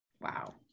Wow